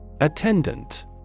Attendant